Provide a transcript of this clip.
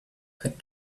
had